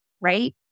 right